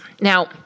Now